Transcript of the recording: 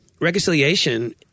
reconciliation